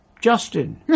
Justin